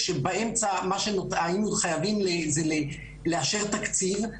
כשלפני כן היינו חייבים לאשר תקציב,